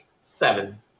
Seven